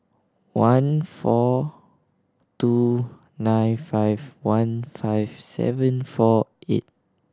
one four two nine five one five seven four eight